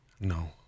no